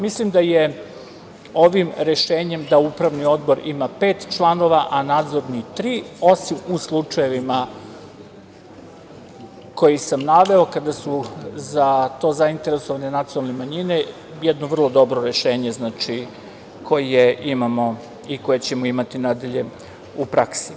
Mislim da je ovim rešenjem da upravni odbor ima pet članova a nadzorni tri, osim u slučajevima koje sam naveo, kada su za to zainteresovane nacionalne manjine, jedno vrlo dobro rešenje koje ćemo imati nadalje u praksi.